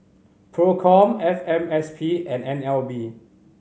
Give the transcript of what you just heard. Procom F M S P and N L B